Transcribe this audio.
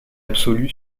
absolue